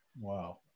Wow